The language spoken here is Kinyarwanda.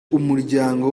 umuryango